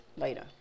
Later